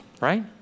right